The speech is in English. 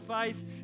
faith